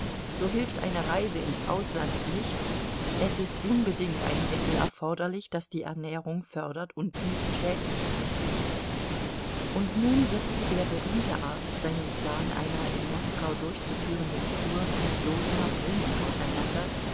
so hilft eine reise ins ausland nichts es ist unbedingt ein mittel erforderlich das die ernährung fördert und nicht schädlich wirkt und nun setzte der berühmte arzt seinen plan einer in moskau durchzuführenden kur mit sodener brunnen auseinander